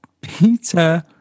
Peter